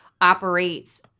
operates